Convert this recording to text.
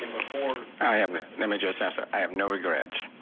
i have no let me just answer, i have no regrets.